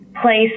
place